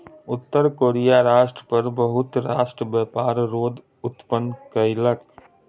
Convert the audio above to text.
उत्तर कोरिया राष्ट्र पर बहुत राष्ट्र व्यापार रोध उत्पन्न कयलक